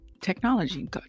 technology